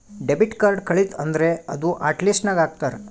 debit card ಕಳಿತು ಅಂದುರ್ ಅದೂ ಹಾಟ್ ಲಿಸ್ಟ್ ನಾಗ್ ಹಾಕ್ತಾರ್